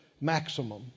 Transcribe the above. maximum